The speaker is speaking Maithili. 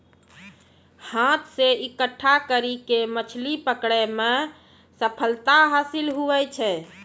हाथ से इकट्ठा करी के मछली पकड़ै मे सफलता हासिल हुवै छै